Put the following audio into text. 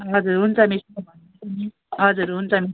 हजुर हुन्छ मिस म भनिदिन्छु नि हजुर हुन्छ मिस